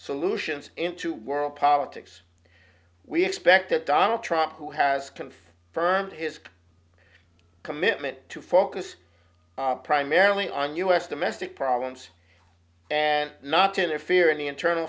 solutions into world politics we expect that donald trump who has confirmed his commitment to focus primarily on u s domestic problems and not to interfere in the internal